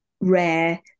rare